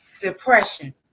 depression